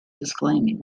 disclaiming